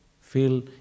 feel